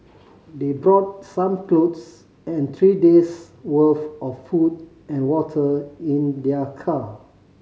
they brought some clothes and three day's worth of food and water in their car